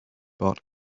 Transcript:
bought